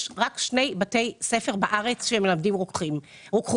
יש רק שני בתי ספר בארץ שמלמדים רוקחות,